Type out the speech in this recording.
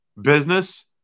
business